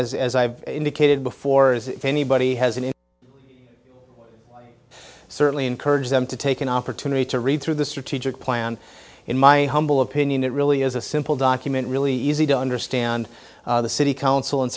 is as i've indicated before is if anybody has an certainly encourage them to take an opportunity to read through the strategic plan in my humble opinion it really is a simple document really easy to understand the city council and